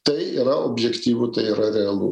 tai yra objektyvu tai yra realu